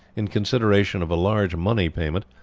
in consideration of a large money payment,